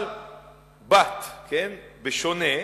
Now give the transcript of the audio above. אבל, but, בשונה,